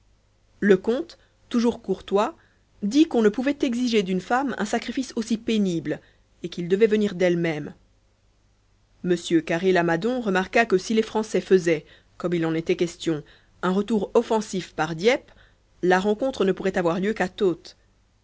le comte toujours courtois dit qu'on ne pouvait exiger d'une femme un sacrifice aussi pénible et qu'il devait venir d'elle-même m carré lamadon remarqua que si les français faisaient comme il en était question un retour offensif par dieppe la rencontre ne pourrait avoir lieu qu'à tôtes